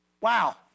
Wow